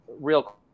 Real